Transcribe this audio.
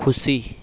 ખુશી